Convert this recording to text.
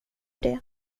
det